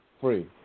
free